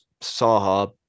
Saha